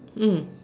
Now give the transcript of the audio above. mm